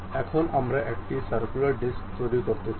এখন আমরা একটি সার্ক্যুলার ডিস্ক তৈরি করতে চাই